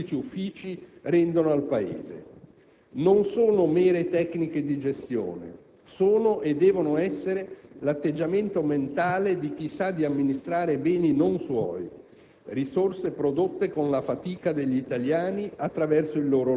devono diventare parte integrante del servizio che i pubblici uffici rendono al Paese. Non sono mere tecniche di gestione; sono, devono essere, l'atteggiamento mentale di chi sa di amministrare beni non suoi,